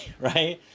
right